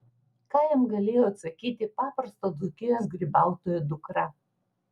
ką jam galėjo atsakyti paprasto dzūkijos grybautojo dukra